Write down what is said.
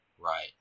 Right